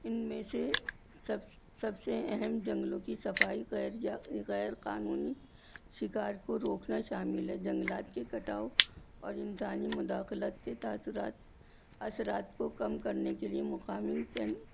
ان میں سے سب سب سے اہم جنگلوں کی صفائی غیر یا غیر قانونی شکار کو روکنا شامل ہے جنگلات کی کٹاؤ اور انسانی مداخلت کے تاثرت اثرات کو کم کرنے کے لیے مقامی